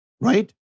right